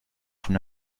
von